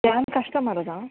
customer ಅದಾ